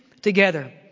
together